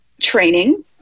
training